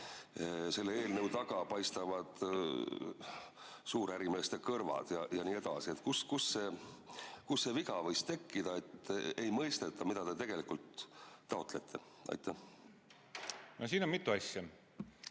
selle eelnõu taga paistavad suurärimeeste kõrvad ja nii edasi. Kus see viga võis tekkida, et ei mõisteta, mida te tegelikult taotlete? Aitäh, austatud eesistuja!